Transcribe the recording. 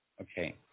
Okay